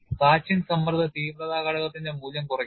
patching സമ്മർദ്ദ തീവ്രത ഘടകത്തിന്റെ മൂല്യം കുറയ്ക്കുന്നു